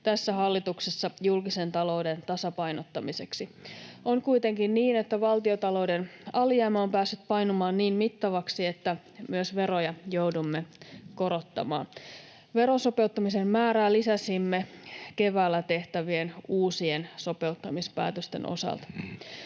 ensisijainen keino julkisen talouden tasapainottamiseksi. On kuitenkin niin, että valtiontalouden alijäämä on päässyt painumaan niin mittavaksi, että myös veroja joudumme korottamaan. Verosopeuttamisen määrää lisäsimme keväällä tehtävien uusien sopeuttamispäätösten osalta.